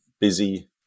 busy